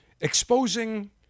exposing